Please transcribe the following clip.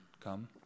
come